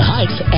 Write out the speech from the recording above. Heights